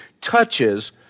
touches